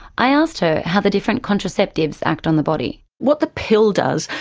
i asked her how the different contraceptives act on the body. what the pill does,